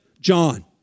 John